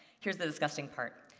here is the disgusting part.